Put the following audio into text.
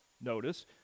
notice